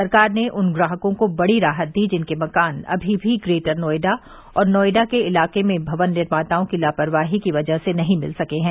सरकार ने उन ग्राहकों को बड़ी राहत दी जिनके मकान अभी भी ग्रेटर नोएडा और नोएडा के इलाके में भवन निर्मातओं की लापरवाही की वजह से नहीं मिल सके हैं